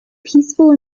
peaceful